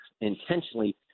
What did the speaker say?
intentionally